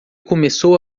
começou